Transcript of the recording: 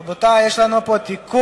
רבותי, יש לנו פה תיקון,